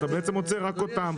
אתה עוצר רק אותם.